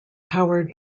powered